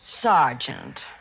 Sergeant